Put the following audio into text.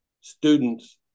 students